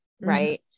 right